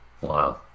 Wow